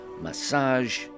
massage